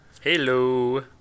hello